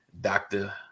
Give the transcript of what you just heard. doctor